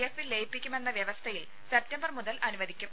എഫിൽ ലയിപ്പിക്കുമെന്ന വ്യവസ്ഥയിൽ സെപ്തംബർ മുതൽ അനുവദിക്കും